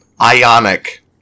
ionic